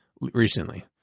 recently